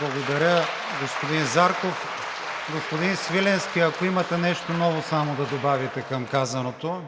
Благодаря, господин Зарков. Господин Свиленски, ако имате нещо ново само да добавите към казаното,